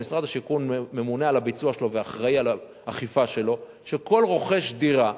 שמשרד השיכון ממונה על הביצוע שלו ואחראי לאכיפה שלו שכל רוכש דירה,